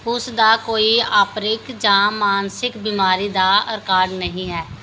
ਉਸ ਦਾ ਕੋਈ ਅਪਰਾਧਿਕ ਜਾਂ ਮਾਨਸਿਕ ਬਿਮਾਰੀ ਦਾ ਰਿਕਾਰਡ ਨਹੀਂ ਹੈ